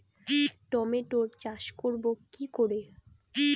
টমেটোর চাষ করব কি করে?